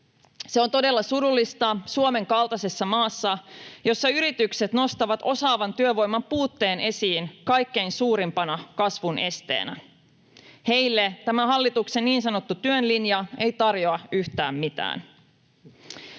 Se on todella surullista Suomen kaltaisessa maassa, jossa yritykset nostavat osaavan työvoiman puutteen esiin kaikkein suurimpana kasvun esteenä. Heille tämä hallituksen niin sanottu työn linja ei tarjoa yhtään mitään.